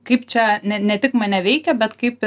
kaip čia ne ne tik mane veikia bet kaip